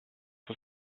his